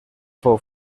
fou